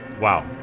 Wow